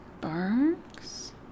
Barks